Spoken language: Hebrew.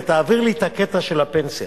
ותעביר לי את הקטע של הפנסיה.